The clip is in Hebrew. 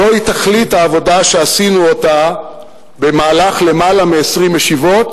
זוהי תכלית העבודה שעשינו במהלך למעלה מ-20 ישיבות,